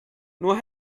nur